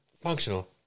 functional